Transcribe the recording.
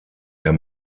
der